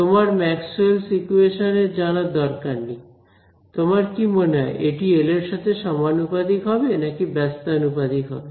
তোমার Maxwell's equations Maxwell's equations জানার দরকার নেই তোমার কি মনে হয় এটি এল এর সাথে সমানুপাতিক হবে নাকি ব্যস্তানুপাতিক হবে